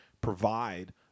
provide